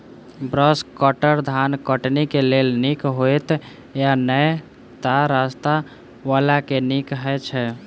Brush cutter धान कटनी केँ लेल नीक हएत या नै तऽ सस्ता वला केँ नीक हय छै?